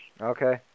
Okay